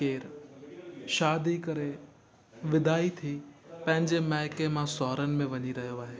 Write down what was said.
केरु शादी करे विदाई थी पंहिंजे मायके मां सहुरनि में वञी रहियो आहे